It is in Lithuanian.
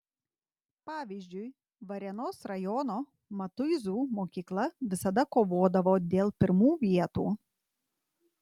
pavyzdžiui varėnos rajono matuizų mokykla visada kovodavo dėl pirmų vietų